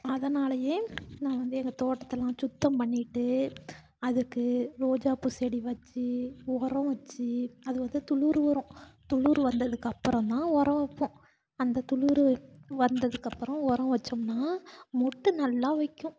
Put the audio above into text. அதனாலயே நான் வந்து எங்கள் தோட்டத்தெலாம் சுத்தம் பண்ணிவிட்டு அதுக்கு ரோஜாப்பூ செடி வச்சு உரோம் வச்சு அது வந்து துளிர் வரும் துளிர் வந்ததுக்கப்புறம் தான் உரோம் வைப்போம் அந்த துளுர் வந்ததுக்கப்புறம் உரோம் வச்சோம்னால் மொட்டு நல்லா வைக்கும்